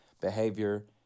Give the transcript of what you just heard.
behavior